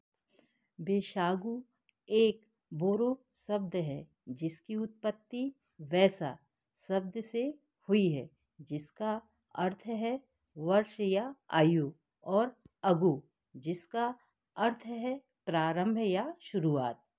बैशागु एक बोरो शब्द है जिसकी उत्पत्ति बैसा शब्द से हुई है जिसका अर्थ है वर्ष या आयु और अगु जिसका अर्थ है प्रारंभ या शुरुआत